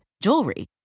jewelry